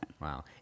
Wow